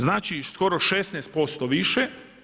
Znači skoro 16% više.